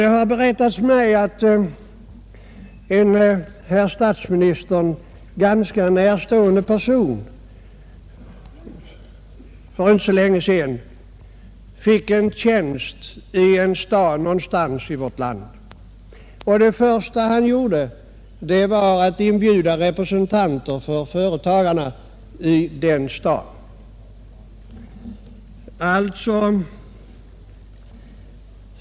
Det har berättats mig att en herr statsministern ganska närstående person för inte så länge sedan fick en tjänst i en stad någonstans i vårt land, och det första han gjorde var att inbjuda representanter för företagarna i den staden.